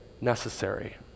necessary